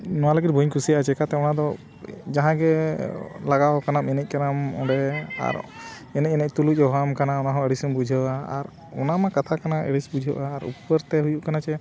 ᱱᱚᱣᱟ ᱞᱟᱹᱜᱤᱫ ᱵᱟᱹᱧ ᱠᱩᱥᱤᱭᱟᱜᱼᱟ ᱪᱮᱠᱟᱛᱮ ᱚᱱᱟ ᱫᱚ ᱡᱟᱦᱟᱸᱭ ᱜᱮ ᱞᱟᱜᱟᱣ ᱠᱟᱱᱟᱢ ᱮᱱᱮᱡ ᱠᱟᱱᱟᱢ ᱚᱸᱰᱮ ᱟᱨ ᱮᱱᱮᱡ ᱮᱱᱮᱡ ᱛᱩᱞᱩᱡ ᱦᱚᱦᱚᱣᱟᱢ ᱠᱟᱱᱟ ᱚᱱᱟ ᱦᱚᱸ ᱟᱹᱲᱤᱥᱮᱢ ᱵᱩᱡᱷᱟᱹᱣᱟ ᱟᱨ ᱚᱱᱟ ᱢᱟ ᱠᱟᱛᱷᱟ ᱠᱟᱱᱟ ᱟᱹᱲᱤᱥ ᱵᱩᱡᱷᱟᱹᱜᱼᱟ ᱟᱨ ᱩᱯᱟᱹᱨ ᱛᱮ ᱦᱩᱭᱩᱜ ᱠᱟᱱᱟ ᱡᱮ